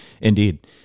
Indeed